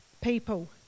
people